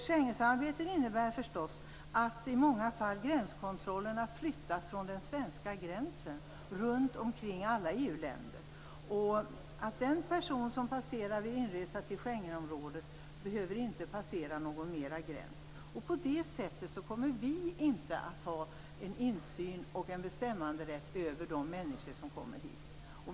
Schengensamarbetet innebär förstås att gränskontrollerna i många fall flyttas från den svenska gränsen till gränserna runt omkring alla EU-länder. Den person som passerar en gräns vid inresa till Schengenområdet behöver inte passera någon ytterligare gräns. På det sättet kommer vi inte att ha någon insyn och bestämmanderätt över de människor som kommer hit.